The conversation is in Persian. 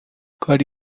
کاری